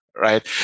right